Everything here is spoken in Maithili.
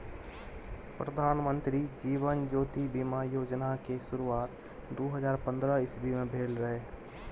प्रधानमंत्री जीबन ज्योति बीमा योजना केँ शुरुआत दु हजार पंद्रह इस्बी मे भेल रहय